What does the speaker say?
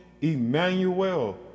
Emmanuel